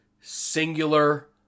singular